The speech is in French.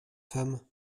femme